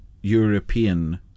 European